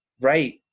right